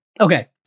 Okay